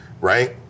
Right